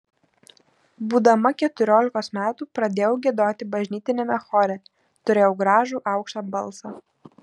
būdama keturiolikos metų pradėjau giedoti bažnytiniame chore turėjau gražų aukštą balsą